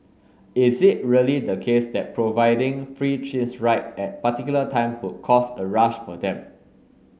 is it really the case that providing free ride at particular time would cause a rush for them